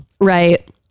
Right